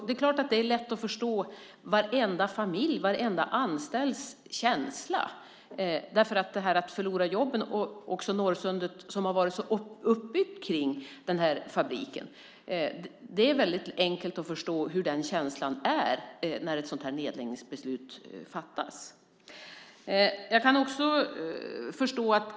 Det är klart att det är lätt att förstå varenda familjs och varenda anställds känsla när ett sådant här nedläggningsbeslut fattas, särskilt med tanke på att Norrsundet har varit så uppbyggt kring den här fabriken.